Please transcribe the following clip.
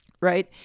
right